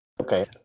okay